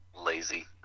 lazy